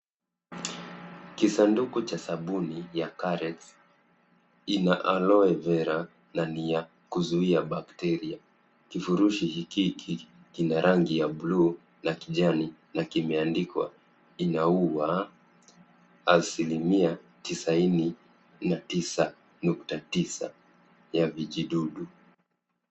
Kisanduku cha sabuni ya Carex ina Aloe Vera na ni ya kuzuia bakteria. Kifurushi hiki kina rangi ya buluu na kijani na kimeandikwa inaua asilimia tisini na tisa nukta tisa ya vijidudu.